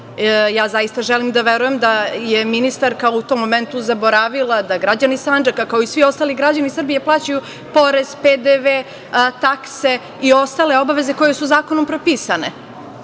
Ja zaista želim da verujem da je ministarka u tom momentu zaboravila da građani Sandžaka, kao i svi ostali građani Srbije plaćaju porez, PDV, takse i ostale obaveze koje su zakonom propisane,